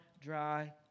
dry